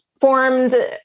formed